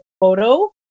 photo